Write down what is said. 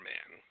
Man